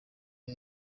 aho